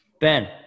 Ben